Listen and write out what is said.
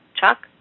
Chuck